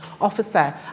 officer